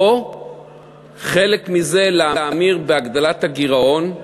או חלק מזה להמיר בהגדלת הגירעון,